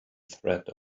threat